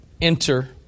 enter